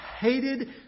hated